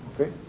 okay